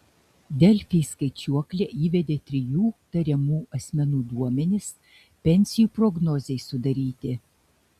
delfi į skaičiuoklę įvedė trijų tariamų asmenų duomenis pensijų prognozei sudaryti